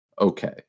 okay